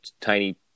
tiny